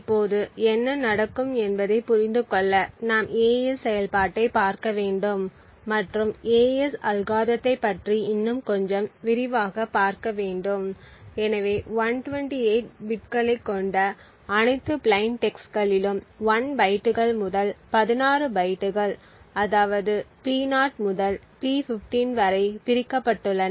இப்போது என்ன நடக்கும் என்பதைப் புரிந்து கொள்ள நாம் AES செயல்பாட்டைப் பார்க்க வேண்டும் மற்றும் AES அல்காரிதத்தைப் பற்றி இன்னும் கொஞ்சம் விரிவாகப் பார்க்க வேண்டும் எனவே 128 பிட்களைக் கொண்ட அனைத்து பிளைன் டெக்ஸ்ட்களிலும் 1 பைட்டுகள் முதல் 16 பைட்டுகள் அதாவது P0 முதல் P15 வரை பிரிக்கப்பட்டுள்ளன